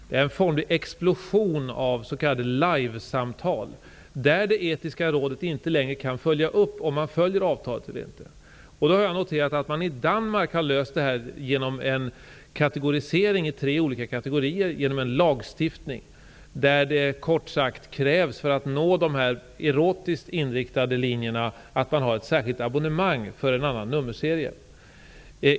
Det har skett en formlig explosion av s.k. live-samtal där det etiska rådet inte längre kan följa upp om man följer avtalet eller inte. Jag har noterat att man i Danmark har löst detta genom en lagstiftning med kategorisering i tre olika kategorier. Det krävs kort sagt för att nå de erotiskt inriktade linjerna att man har ett särskilt abonnemang för en annan nummerserie.